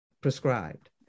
prescribed